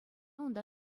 унта